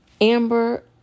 amber